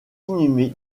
inhumé